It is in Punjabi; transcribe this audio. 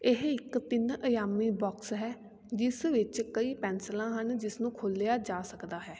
ਇਹ ਇੱਕ ਤਿੰਨ ਅਯਾਮੀ ਬੋਕਸ ਹੈ ਜਿਸ ਵਿੱਚ ਕਈ ਪੈਂਸਿਲਾਂ ਹਨ ਜਿਸ ਨੂੰ ਖੋਲ੍ਹਿਆ ਜਾ ਸਕਦਾ ਹੈ